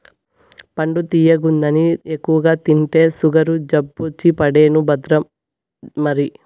పండు తియ్యగుందని ఎక్కువగా తింటే సుగరు జబ్బొచ్చి పడేను భద్రం మరి